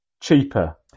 cheaper